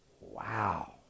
wow